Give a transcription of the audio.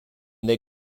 they